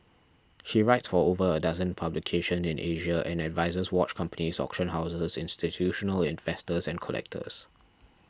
he writes for over a dozen publications in Asia and advises watch companies auction houses institutional investors and collectors